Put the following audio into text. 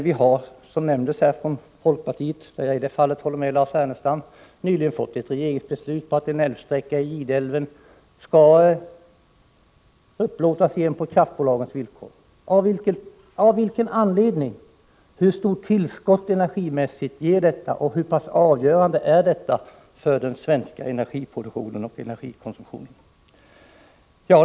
Vi har som sades här — och i det fallet håller jag med Lars Ernestam — nyligen fått ett regeringsbeslut om att en sträcka i Gide älv skall upplåtas på kraftbolagens villkor. Av vilken anledning? Hur stort energitillskott ger denna utbyggnad och hur pass avgörande är den för den svenska energiproduktionen och energikonsumtionen?